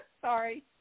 Sorry